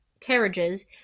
carriages